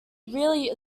really